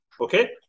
Okay